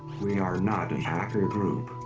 we are not a hacker group.